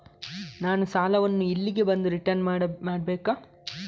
ನಾನು ಸಾಲವನ್ನು ಇಲ್ಲಿಗೆ ಬಂದು ರಿಟರ್ನ್ ಮಾಡ್ಬೇಕಾ?